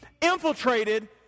infiltrated